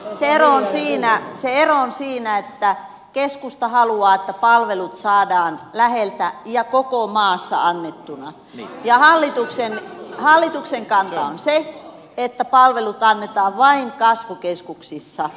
se ero on siinä että keskusta haluaa että palvelut saadaan läheltä ja koko maassa annettuna ja hallituksen kanta on se että palvelut annetaan vain kasvukeskuksissa